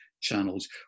channels